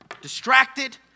Distracted